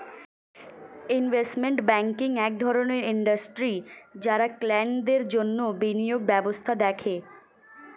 investment banking এক ধরণের industry যারা ক্লায়েন্টদের জন্যে বিনিয়োগ ব্যবস্থা দেখে